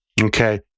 Okay